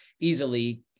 easily